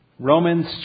Romans